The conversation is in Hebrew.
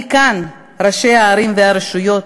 אני כאן, ראשי הערים והרשויות,